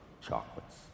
chocolates